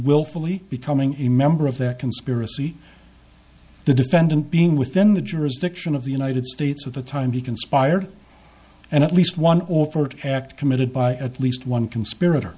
willfully becoming a member of that conspiracy the defendant being within the jurisdiction of the united states of the time he conspired and at least one offered act committed by at least one conspirator